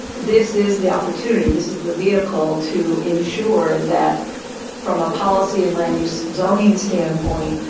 this is the opportunity this is the vehicle to ensure that from a policy and land use zoning standpoint,